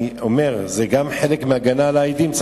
אני אומר שגם זה צריך להיות חלק מהגנה על העדים.